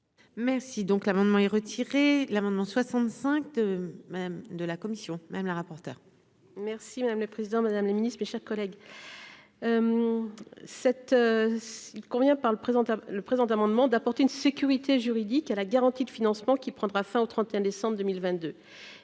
Merci donc l'amendement est retiré l'amendement 65, même de la commission, même la rapporteure. Merci madame le président madame le Ministre, mes chers collègues, cette. Combien par le présenta le présent amendement d'apporter une sécurité juridique à la garantie de financement qui prendra fin au 31 décembre 2022,